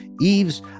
Eve's